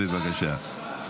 בבקשה.